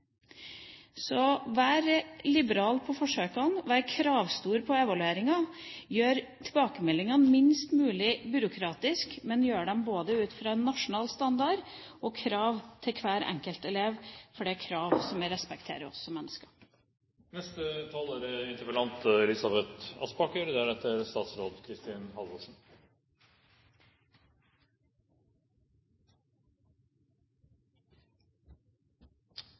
Så vær liberal på forsøkene, og vær kravstor på evalueringene. Gjør tilbakemeldingene minst mulig byråkratiske, men gjør dem både ut fra en nasjonal standard og krav til hver enkelt elev, for å sette krav betyr å respektere oss som mennesker.